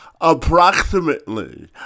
approximately